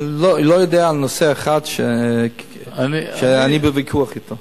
אני לא יודע על נושא אחד שאני בוויכוח אתו.